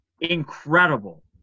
incredible